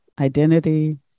identity